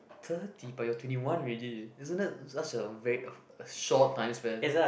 thirty but you're twenty one already isn't that such a very a short time span